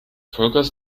vollgas